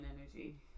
energy